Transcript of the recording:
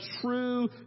true